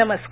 नमस्कार